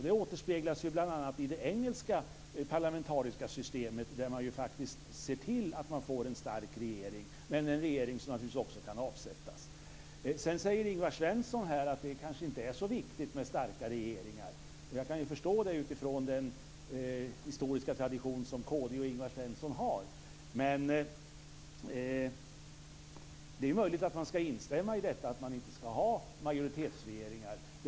Det återspeglas bl.a. i det engelska parlamentariska systemet, där man faktiskt ser till att man får en stark regering, men en regering som naturligtvis också kan avsättas. Ingvar Svensson säger att det kanske inte är så viktigt med starka regeringar, och jag kan förstå det utifrån den historiska tradition som kd och Ingvar Svensson har, men det är möjligt att man ska instämma i detta att man inte ska ha majoritetsregeringar.